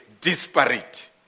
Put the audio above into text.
disparate